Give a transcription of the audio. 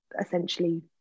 essentially